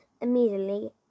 Immediately